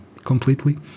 completely